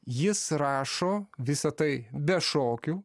jis rašo visa tai be šokių